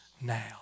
now